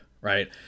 right